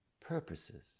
purposes